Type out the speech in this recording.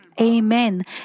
Amen